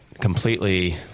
completely